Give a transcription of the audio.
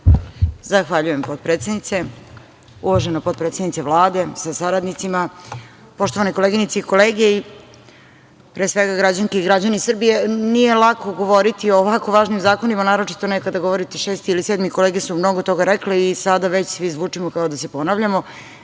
Zahvaljujem, potpredsednice. Uvažena potpredsednice Vlade sa saradnicima, poštovane koleginice i kolege i, pre svega, građanke i građani Srbije, nije lako govoriti o ovako važnim zakonima, naročito ne kada govorite šesti ili sedmi. Kolege su mnogo toga rekle i sada već svi zvučimo kao da se ponavljamo,